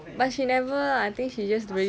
but she never ah I think she just like